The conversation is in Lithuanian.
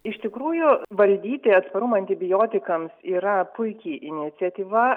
iš tikrųjų valdyti atsparumą antibiotikams yra puiki iniciatyva